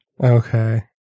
Okay